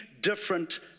different